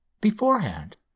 beforehand